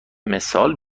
مثال